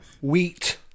Wheat